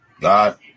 God